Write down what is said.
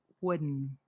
Wooden